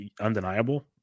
undeniable